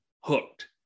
hooked